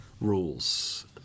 rules